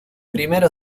primera